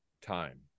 time